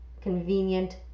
convenient